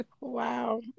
wow